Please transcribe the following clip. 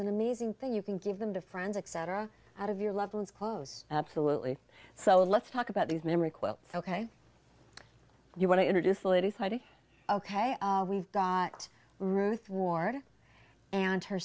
an amazing thing you can give them to friends etc out of your loved ones close absolutely so let's talk about these memory quilt ok you want to introduce the ladies heidi ok we've got ruth ward and her